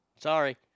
Sorry